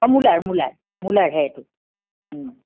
অঁ মূলাৰ মূলাৰ মূলাৰহে এইটো